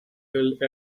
held